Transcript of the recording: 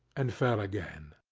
and fell again.